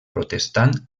protestant